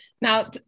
now